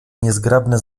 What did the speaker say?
niezgrabne